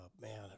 man